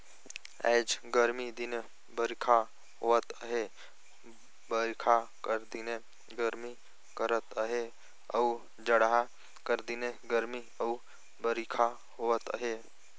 आएज गरमी दिने बरिखा होवत अहे बरिखा कर दिने गरमी करत अहे अउ जड़हा कर दिने गरमी अउ बरिखा होवत अहे